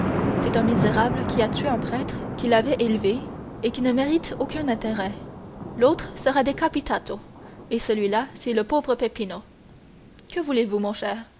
c'est un misérable qui a tué un prêtre qui l'avait élevé et qui ne mérite aucun intérêt l'autre sera decapitato et celui-là c'est le pauvre peppino que voulez-vous mon cher